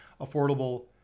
affordable